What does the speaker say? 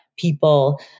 people